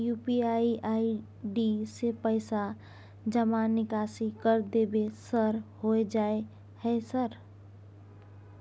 UPI ID से पैसा जमा निकासी कर देबै सर होय जाय है सर?